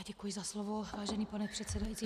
Děkuji za slovo, vážený pane předsedající.